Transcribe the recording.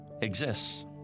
exists